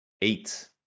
Eight